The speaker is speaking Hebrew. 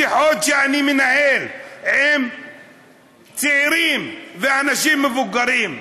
משיחות שאני מנהל עם צעירים ואנשים מבוגרים,